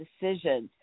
decisions